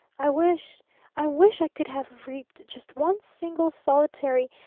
i wish i wish i could have reaped just one single, solitary,